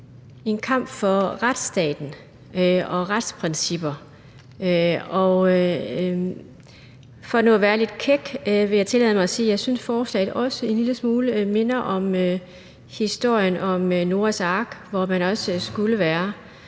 en kamp for retsstaten og retsprincipper. Og for nu at være lidt kæk vil jeg tillade mig at sige, at jeg synes, at forslaget også en lille smule minder om historien om Noas Ark, hvor man også skulle være